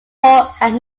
had